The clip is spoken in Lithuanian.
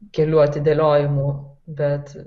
kelių atidėliojimų bet